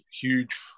huge